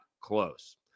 close